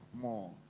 more